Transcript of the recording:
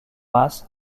masse